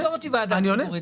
עזוב את הוועדה הציבורית.